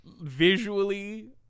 visually